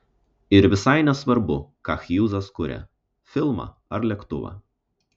ir visai nesvarbu ką hjūzas kuria filmą ar lėktuvą